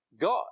God